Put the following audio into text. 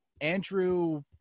Andrew